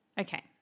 Okay